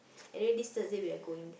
anyway this Thursday we are going